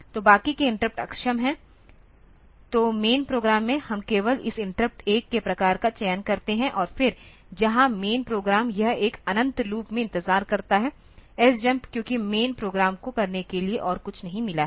तो बाकी के इंटरप्ट अक्षम हैं तो मैन प्रोग्राम में हम केवल इस इंटरप्ट 1 के प्रकार का चयन करते हैं और फिर जहां मैन प्रोग्राम यह एक अनंत लूप में इंतजार करता है sjmp क्योंकि मैन प्रोग्राम को करने के लिए और कुछ नहीं मिला है